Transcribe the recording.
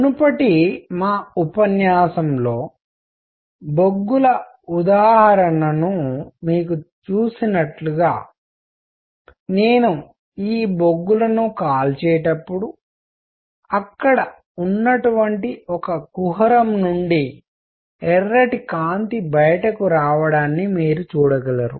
మునుపటి మా ఉపన్యాసంలో బొగ్గుల ఉదాహరణను మీరు చూసినట్లుగా నేను ఈ బొగ్గులను కాల్చేటప్పుడు అక్కడ ఉన్నటువంటి ఒక కుహరం నుండి ఎర్రటి కాంతి బయటకు రావడాన్ని మీరు చూడగలరు